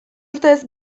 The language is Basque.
urtez